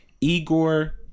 Igor